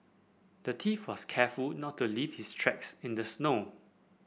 the thief was careful not to leave his tracks in the snow